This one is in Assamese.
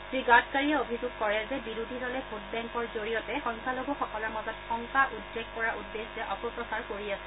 শ্ৰীগাডকাৰীয়ে অভিযোগ কৰে যে বিৰোধী দলে ভোট বেংকৰ জৰিয়তে সংখ্যালঘুসকলৰ মাজত শংকা উদ্ৰেক কৰাৰ উদ্দেশ্যে অপপ্ৰচাৰ কৰি আছে